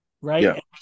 right